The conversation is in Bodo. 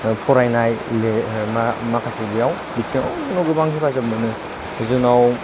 फरायनाय एबा माखासे बिथिङाव उनाव गोबां हेफाजाब मोनो जोंनाव